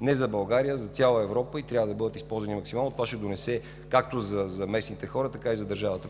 не за България, а за цяла Европа, и трябва да бъдат използвани максимално. Това ще донесе приходи както за местните хора, така и за държавата.